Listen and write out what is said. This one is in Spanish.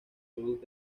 cruz